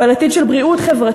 או אל עתיד של בריאות חברתית,